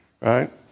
Right